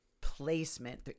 placement